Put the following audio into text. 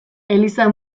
eliza